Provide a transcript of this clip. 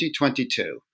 2022